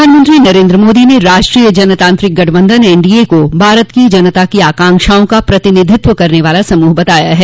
प्रधानमंत्री नरेंद्र मोदी ने राष्ट्रीय जनतांत्रिक गठबंधन एनडीए को भारत की जनता की आकांक्षाओं का प्रतिनिधित्व करने वाला समूह बताया है